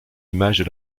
images